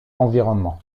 environnement